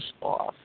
off